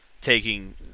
taking